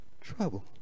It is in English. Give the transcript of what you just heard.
trouble